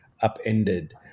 upended